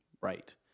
right